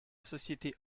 société